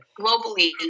globally